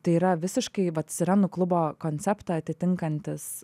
tai yra visiškai vat sirenų klubo konceptą atitinkantis